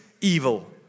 evil